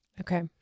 Okay